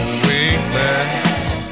weakness